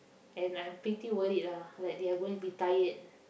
and I'm pretty worried lah like they are going to be tired